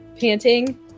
panting